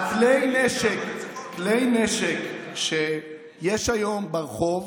כלי הנשק שיש היום ברחוב,